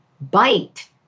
bite